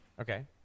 Okay